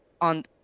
on